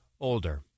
older